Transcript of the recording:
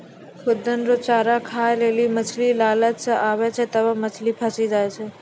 खुद्दन रो चारा खाय लेली मछली लालच से आबै छै तबै मछली फंसी जाय छै